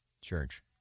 church